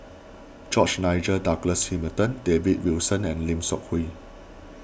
George Nigel Douglas Hamilton David Wilson and Lim Seok Hui